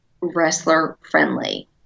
wrestler-friendly